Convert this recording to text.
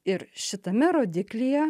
ir šitame rodiklyje